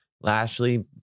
Lashley